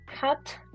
cut